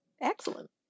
Excellent